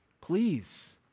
Please